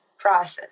process